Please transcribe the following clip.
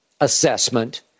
assessment